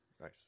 Nice